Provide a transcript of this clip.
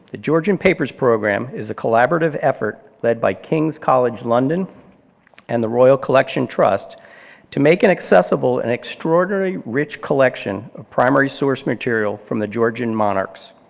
the georgian papers programme is a collaborative effort led by king's college london and the royal collection trust to make an accessible and extraordinary rich collection of primary source material from the georgian monarchs,